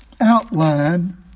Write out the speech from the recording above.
outline